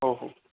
हो हो